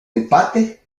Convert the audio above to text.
empate